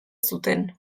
zuten